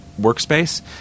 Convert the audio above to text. workspace